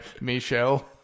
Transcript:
Michelle